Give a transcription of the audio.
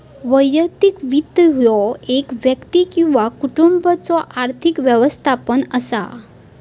वैयक्तिक वित्त ह्यो एक व्यक्ती किंवा कुटुंबाचो आर्थिक व्यवस्थापन असा